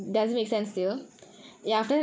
okay